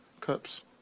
Cups